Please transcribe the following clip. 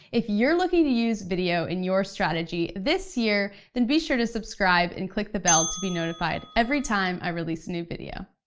if you're looking to use video in your strategy this year, then be sure to subscribe and click the bell to be notified every time i release a new video.